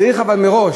צריך אבל מראש,